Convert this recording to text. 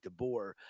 DeBoer